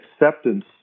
acceptance